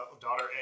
daughter